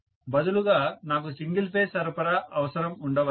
బదులుగా నాకు single phase సరఫరా అవసరం ఉండవచ్చు